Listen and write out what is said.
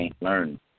learn